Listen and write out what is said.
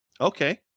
Okay